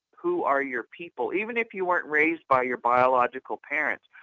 who are your people? even if you weren't raised by your biological parents,